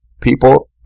people